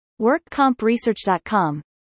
WorkCompResearch.com